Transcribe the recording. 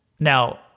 Now